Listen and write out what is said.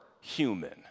human